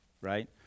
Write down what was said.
right